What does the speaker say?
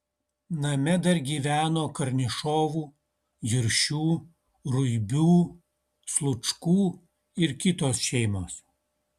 name dar gyveno karnišovų juršių ruibių slučkų ir kitos šeimos